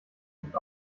und